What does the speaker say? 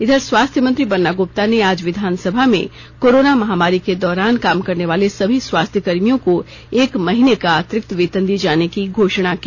इधर स्वास्थ्य मंत्री बन्ना गुप्ता ने आज विधानसभा में कोरोना महामारी के दौरान काम करने वाले सभी स्वास्थकर्मियों को एक महीने का अतिरिक्त वेतन दिए जाने की घोषणा की